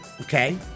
Okay